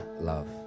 love